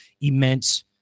immense